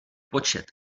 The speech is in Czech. počet